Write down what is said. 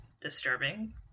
disturbing